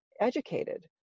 educated